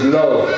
love